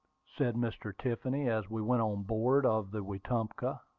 said mr. tiffany, as we went on board of the wetumpka.